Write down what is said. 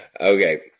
Okay